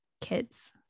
kids